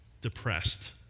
depressed